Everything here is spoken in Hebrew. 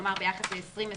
כלומר, ביחס ל-2021.